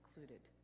included